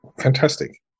Fantastic